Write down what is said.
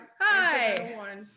Hi